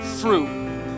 fruit